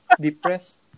depressed